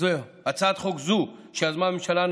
שיזמה הממשלה,